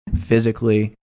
physically